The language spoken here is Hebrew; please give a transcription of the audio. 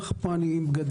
לשטח, נמצאים